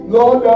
Lord